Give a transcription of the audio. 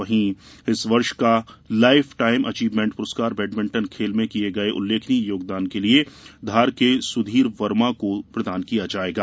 वहीं इस वर्ष का लाइफ टाइम अचिव्हमेन्ट प्रस्कार बैडमिंटन खेल में किए गए उल्लेखनीय योगदान के लिए धार के श्री सुधीर वर्मा को प्रदान किया जायेगा